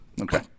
Okay